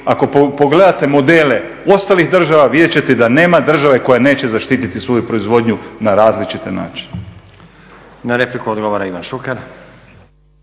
Ako pogledate modele ostalih država vidjet ćete da nema države koja neće zaštititi svoju proizvodnju na različite načine. **Stazić, Nenad (SDP)** Na repliku odgovara Ivan Šuker.